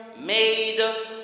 made